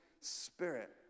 spirit